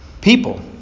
people